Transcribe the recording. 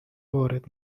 وارد